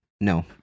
No